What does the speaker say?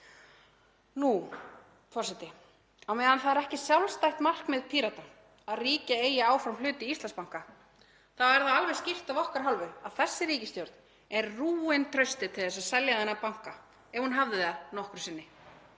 að gegna. Á meðan það er ekki sjálfstætt markmið Pírata að ríkið eigi áfram hlut í Íslandsbanka þá er það alveg skýrt af okkar hálfu að þessi ríkisstjórn er rúin trausti til að selja þennan banka ef hún hafði það nokkru sinni.